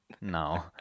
No